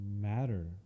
matter